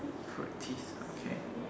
fruit teas okay